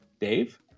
Dave